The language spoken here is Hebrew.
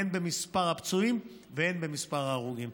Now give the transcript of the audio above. הן במספר הפצועים והן במספר ההרוגים.